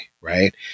right